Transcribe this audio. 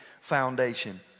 foundation